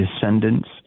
descendants